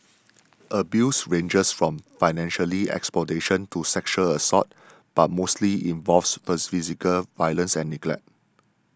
abuse ranges from financial exploitation to sexual assault but mostly involves physical violence and neglect